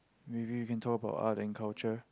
maybe you can talk about art and culture